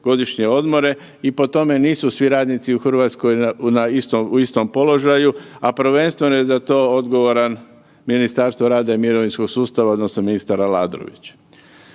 godišnje odmore i po tome nisu svi radnici u Hrvatskoj u istom položaju, a prvenstveno je za to odgovoran Ministarstvo rada i mirovinskog sustava odnosno ministar Aladrović.